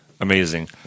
Amazing